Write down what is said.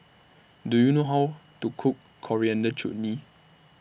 Do YOU know How to Cook Coriander Chutney